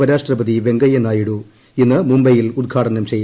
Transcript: ഉപരാഷ്ട്രപതി വെങ്കയ്യ നായിഡു ഇന്ന് മുംബൈയിൽ ഉദ്ഘാടനം ചെയ്യും